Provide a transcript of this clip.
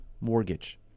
mortgage